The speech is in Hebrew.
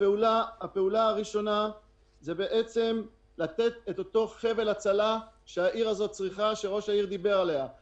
הפעולה הראשונה היא לתת את אותו חבל הצלה שראש העיר דיבר עליה שהעיר